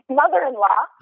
mother-in-law